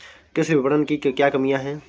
कृषि विपणन की क्या कमियाँ हैं?